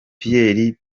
pierre